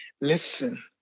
listen